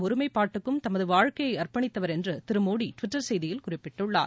ஒருமைப்பாட்டுக்கும் தமது வாழ்க்கையை அர்ப்பணித்தவர் ஃஎன்று திரு மோடி டுவிட்டர் செய்தியில் குறிப்பிட்டுள்ளார்